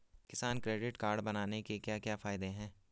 किसान credit card बनाने के क्या क्या फायदे हैं?